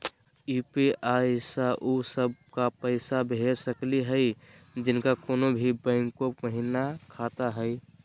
UPI स उ सब क पैसा भेज सकली हई जिनका कोनो भी बैंको महिना खाता हई?